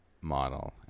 model